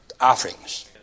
offerings